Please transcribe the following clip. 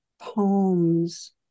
poems